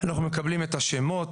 אנחנו מקבלים את השמות,